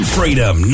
Freedom